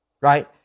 right